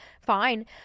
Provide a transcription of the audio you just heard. fine